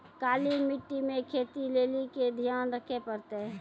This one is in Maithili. काली मिट्टी मे खेती लेली की ध्यान रखे परतै?